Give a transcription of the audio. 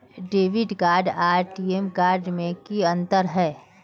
Debit card आर टी.एम card में की अंतर है?